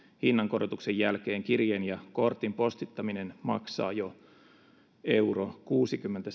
hinnankorotuksen jälkeen kirjeen ja kortin postittaminen maksaa jo yksi pilkku kuusikymmentä